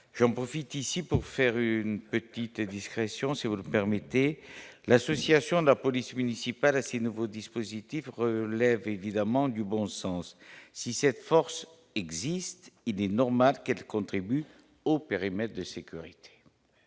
j'en profite ici pour faire une petite indiscrétion CO2 vous permettez, l'association de la police municipale à ce nouveau dispositif relève évidemment du bon sens, si cette force existe, il est normal qu'elle contribue au périmètre de sécurité,